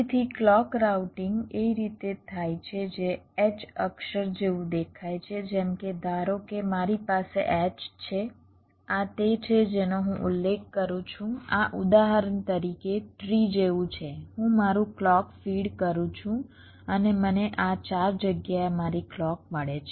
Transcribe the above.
તેથી clock routing એ રીતે થાય છે જે H અક્ષર જેવું દેખાય છે જેમ કે ધારો કે મારી પાસે H છે આ તે છે જેનો હું ઉલ્લેખ કરું છું આ ઉદાહરણ તરીકે ટ્રી જેવું છે હું મારું ક્લૉક ફીડ કરું છું અને મને આ 4 જગ્યાએ મારી ક્લૉક મળે છે